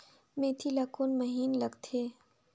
मेंथी ला कोन सा महीन लगथे?